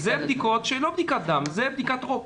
אלה בדיקות שהן לא בדיקת דם, בדיקת רוק.